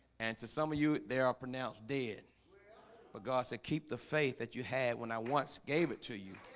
and to some of you there are pronounced dead but god said keep the faith that you had when i once gave it to you